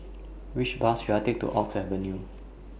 Which Bus should I Take to Oak Avenue